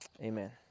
Amen